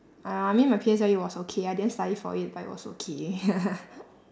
uh I mean my P_S_L_E was okay I didn't study for it but it was okay